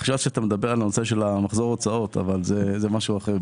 חשבתי שאתה מדבר על נושא מחזור ההוצאות אבל זה משהו אחר,